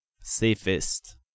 Safest